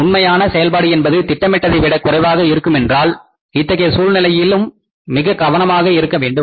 உண்மையான செயல்பாடு என்பது திட்டமிட்டதை விட குறைவாக இருக்குமென்றால் இத்தகைய சூழ்நிலையிலும் மிக கவனமாக இருக்க வேண்டும்